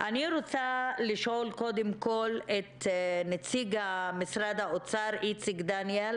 אני רוצה לשאול קודם כול את נציג משרד האוצר איציק דניאל